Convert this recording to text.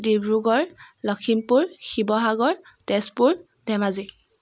Dibrugarh Lakhimpur Sivasagar Tezpur Dhemaji